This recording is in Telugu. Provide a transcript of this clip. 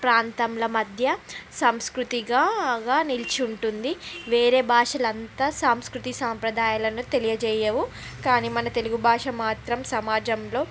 ప్రాంతంల మధ్య సంస్కృతిగా గా నిలిచి ఉంటుంది వేరే భాషలు అంతా సాంస్కృతి సాంప్రదాయాలను తెలియజేయవు కానీ మన తెలుగు భాష మాత్రం సమాజంలో